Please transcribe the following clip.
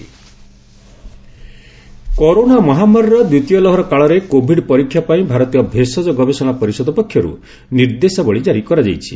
ICMR corona ମହାମାରୀର ଦ୍ୱିତୀୟ ଲହରୀ କାଳରେ କୋଭିଡ ପରୀକ୍ଷା ପାଇଁ ଭାରତୀୟ ଭେଷଜ ଗବେଷଣା ପରିଷଦ ପକ୍ଷରୁ ନିର୍ଦ୍ଦେଶାବଳୀ ଜାରି କରାଯାଇଛି